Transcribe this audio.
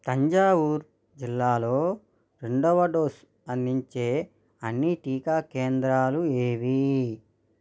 తంజావూర్ జిల్లాలో రెండవ డోస్ అందించే అన్ని టీకా కేంద్రాలు ఏవి